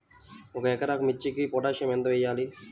ఒక ఎకరా మిర్చీకి పొటాషియం ఎంత వెయ్యాలి?